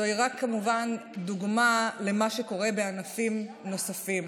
זוהי רק כמובן דוגמה למה שקורה בענפים נוספים.